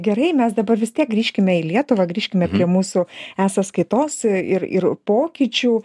gerai mes dabar vis tiek grįžkime į lietuvą grįžkime prie mūsų e sąskaitos ir ir pokyčių